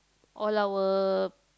all our